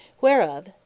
Whereof